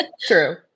True